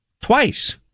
Twice